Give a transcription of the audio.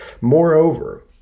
Moreover